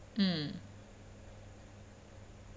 mm